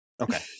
Okay